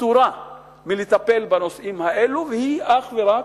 פטורה מלטפל בנושאים האלה והיא אך ורק,